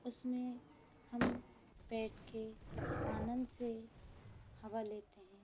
उसमें हम बैठ कर आनंद से हवा लेते हैं